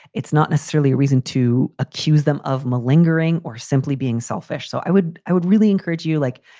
it's not necessarily a reason to accuse them of malingering or simply being selfish. so i would i would really encourage you, like,